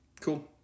Cool